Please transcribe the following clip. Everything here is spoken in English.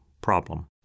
problem